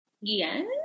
Yes